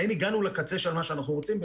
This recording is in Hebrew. האם הגענו לקצה של מה שאנחנו רוצים?